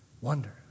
Wonder